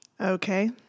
Okay